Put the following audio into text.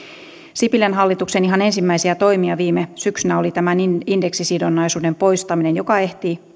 sipilän hallituksen ihan ensimmäisiä toimia viime syksynä oli tämän indeksisidonnaisuuden poistaminen joka ehti